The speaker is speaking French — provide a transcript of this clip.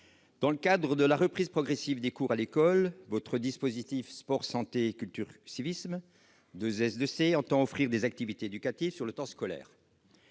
dans le cadre de la reprise progressive des cours à l'école, votre dispositif sport-santé-culture-civisme, dit 2S2C, entend offrir des activités éducatives sur le temps scolaire.